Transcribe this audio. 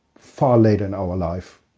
far later in our life,